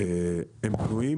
כלואים